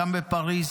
גם בפריז,